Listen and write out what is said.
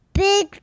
big